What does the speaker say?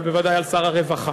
אבל בוודאי על שר הרווחה.